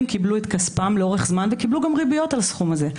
קיבלו את כספם לאורך זמן וקיבלו גם ריביות על הסכום הזה.